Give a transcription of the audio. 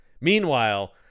Meanwhile